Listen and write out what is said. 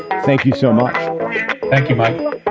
thank you so much thank you, michael